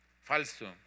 falso